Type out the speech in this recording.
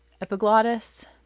Epiglottis